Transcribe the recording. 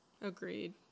agreed